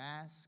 ask